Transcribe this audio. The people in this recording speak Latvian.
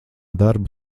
darbu